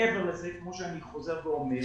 מעבר לזה, כמו שאני חוזר ואומר,